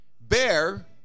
bear